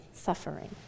suffering